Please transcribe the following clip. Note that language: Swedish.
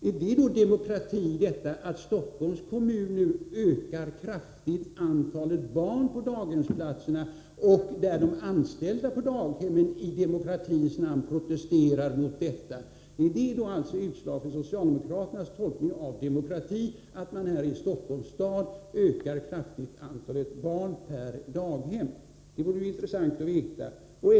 Är det demokratiskt att Stockholms kommun kraftigt ökar antalet barn på daghemmen och att de anställda på daghemmen i demokratins namn protesterar mot detta? Är det ett uttryck för socialdemokraternas tolkning av demokratin, att man här i Stockholms stad kraftigt ökar antalet barn per daghem? Det vore intressant att få veta det.